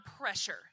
pressure